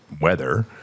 weather